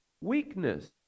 weakness